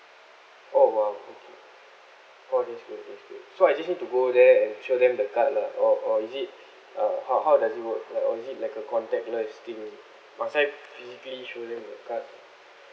oh !wow! okay oh that's good that's good so I just need to go there and show them the card lah or or is it uh how how does it work like or is it like a contactless thing must I physically show them the card